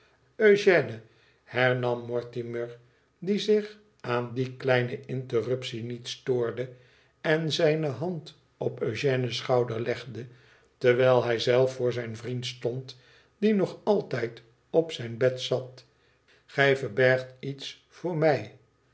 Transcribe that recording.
euge hernam mortimer die zich aan die kleine interruptie niet stoorde en zijne hand op eugène's schouder legde terwijl hij zelf voor zijn vriend stond dienog altijd op zijn bedzat gij verbergt iets voor mij